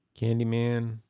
Candyman